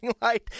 light